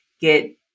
get